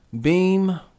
Beam